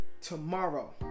tomorrow